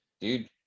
Dude